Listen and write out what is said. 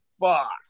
fuck